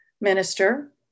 minister